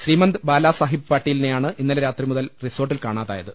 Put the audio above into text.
ശ്രീമന്ത് ബാലാസാഹിബ് പാട്ടീലിനെയാണ് ഇന്നലെ രാത്രി മുതൽ റിസോർട്ടിൽ കാണാതായത്